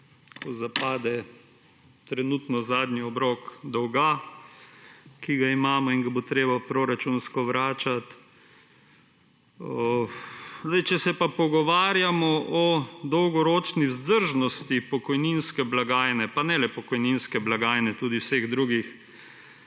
ko zapade trenutno zadnji obrok dolga, ki ga imamo in ga bo treba proračunsko vračati. Če se pa pogovarjamo o dolgoročni vzdržnosti pokojninske blagajne, pa ne le pokojninske blagajne, tudi vseh drugih,